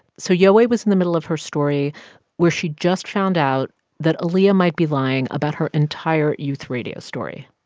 so yowei was in the middle of her story where she just found out that aaliyah might be lying about her entire youth radio story.